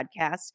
podcast